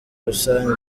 rusange